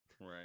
Right